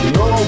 no